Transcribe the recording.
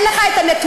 אין לך נתונים,